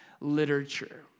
Literature